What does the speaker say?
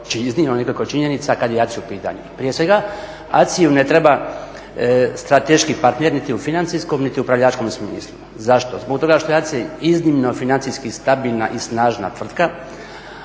bih dao nekoliko činjenica kad je ACI u pitanju. Prije svega ACI-ju ne treba strateški partner niti u financijskom niti u upravljačkom smislu. Zašto? Zbog toga što je ACI iznimno financijski stabilna i snažna tvrtka.